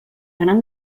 gran